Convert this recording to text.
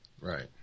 Right